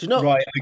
Right